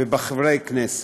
ובחברי הכנסת,